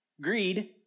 Greed